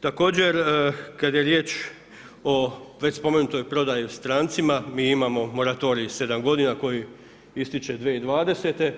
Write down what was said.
Također kada je riječ o već spomenutoj prodaji strancima, mi imamo moratorij sedam godina koji ističe 2020.